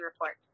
Report